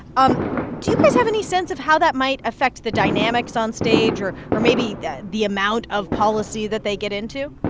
um do you have any sense of how that might affect the dynamics onstage or or maybe the amount of policy that they get into?